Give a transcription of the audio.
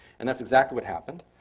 and that's exactly what happened.